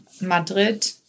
Madrid